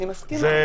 נכון, אני מסכימה.